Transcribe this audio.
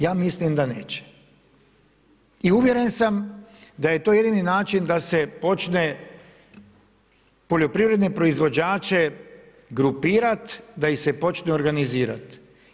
Ja mislim da neće. i uvjeren sam da je to jedini način da se počne poljoprivredne proizvođače grupirat, da ih se počne organizirat.